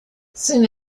soon